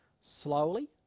slowly